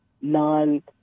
non